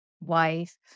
wife